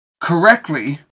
correctly